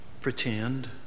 pretend